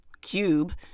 Cube